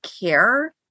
care